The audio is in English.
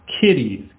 kitties